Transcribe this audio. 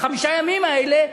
בחמישה ימים האלה,